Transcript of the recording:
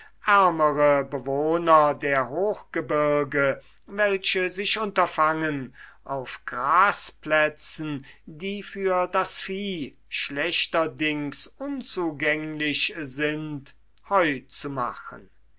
ärmere bewohner der hochgebirge welche sich unterfangen auf grasplätzen die für das vieh schlechterdings unzugänglich sind heu zu machen